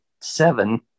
seven